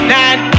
Nine